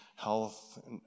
Health